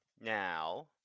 Now